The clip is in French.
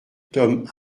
tome